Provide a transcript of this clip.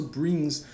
brings